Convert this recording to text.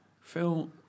Phil